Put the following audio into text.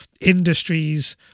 industries